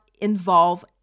involve